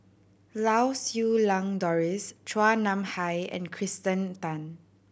Lau Siew Lang Doris Chua Nam Hai and Kirsten Tan